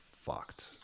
fucked